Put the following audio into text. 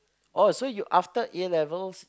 oh so you after A-levels